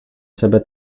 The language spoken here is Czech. sebe